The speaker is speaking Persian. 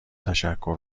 تشکر